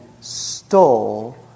stole